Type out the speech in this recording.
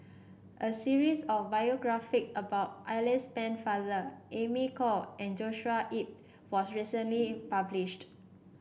a series of biography about Alice Pennefather Amy Khor and Joshua Ip was recently published